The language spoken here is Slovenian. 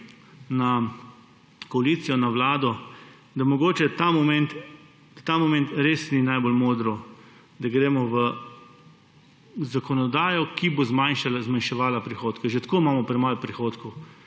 na koalicijo, na Vlado, da mogoče ta trenutek res ni najbolj modro, da gremo v zakonodajo, ki bo zmanjševala prihodke. Že tako imamo premalo prihodkov